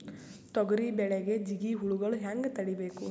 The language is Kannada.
ತೊಗರಿ ಬೆಳೆಗೆ ಜಿಗಿ ಹುಳುಗಳು ಹ್ಯಾಂಗ್ ತಡೀಬೇಕು?